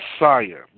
Messiah